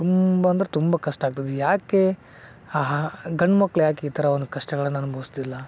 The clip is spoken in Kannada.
ತುಂಬ ಅಂದ್ರೆ ತುಂಬ ಕಷ್ಟ ಆಗ್ತದೆ ಯಾಕೆ ಆಹಾ ಗಂಡು ಮಕ್ಕಳು ಯಾಕೆ ಈ ಥರ ಒಂದು ಕಷ್ಟಗಳನ್ನು ಅನುಭವಿಸ್ತಿಲ್ಲ